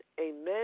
amen